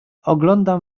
oglądam